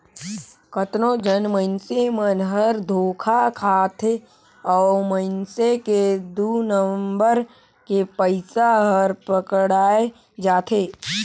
कतनो झन मइनसे मन हर धोखा खाथे अउ मइनसे के दु नंबर के पइसा हर पकड़ाए जाथे